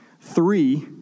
Three